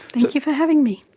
thank you for having me.